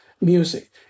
music